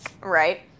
right